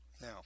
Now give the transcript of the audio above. Now